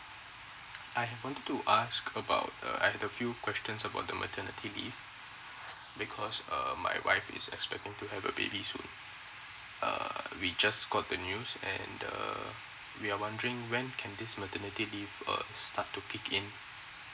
I happen to to ask about a a few questions about the maternity leave because uh my wife is expected to have a baby soon uh we just got the news and the we are wondering when can this maternity leave uh start to kick in